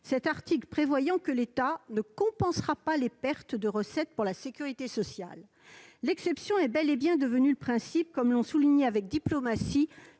cet article prévoyant que l'État ne compensera pas les pertes de recettes pour la sécurité sociale. L'exception est bel et bien devenue le principe, comme l'ont souligné, avec diplomatie,